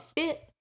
fit